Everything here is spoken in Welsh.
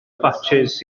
fatsis